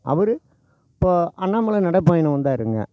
அவர் இப்போது அண்ணாமலை நடைப்பயணம் வந்தார் இங்கே